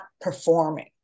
performing